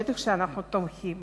בטח שאנחנו תומכים